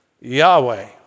Yahweh